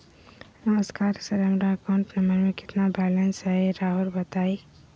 नमस्कार सर हमरा account number में कितना बैलेंस हेई राहुर बताई?